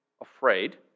afraid